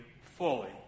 fully